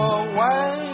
away